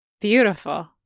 Beautiful